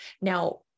Now